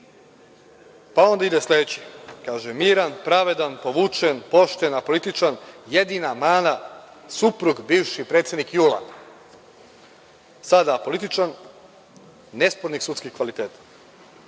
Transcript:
Onda ide sledeći, kaže – miran, pravedan, povučen, pošten, apolitičan. Jedina mana – suprug bivši predsednik JUL-a. Sada apolitičan, nespornih sudskih kvaliteta.